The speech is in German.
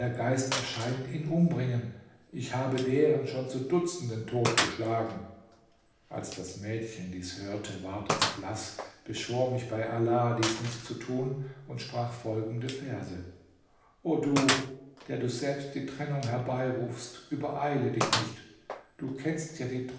geist erscheint ihn umbringen ich habe deren schon zu dutzenden totgeschlagen als das mädchen dies hörte ward es blaß beschwor mich bei allah dies nicht zu tun und sprach folgende verse o du der du selbst die trennung herbeirufst übereile dich nicht du kennst ja die